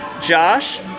josh